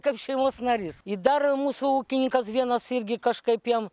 kaip šeimos narys į dar mūsų ūkininkas vienas irgi kažkaip jam